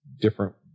different